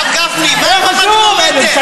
הרב גפני, שמע,